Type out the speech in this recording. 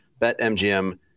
BetMGM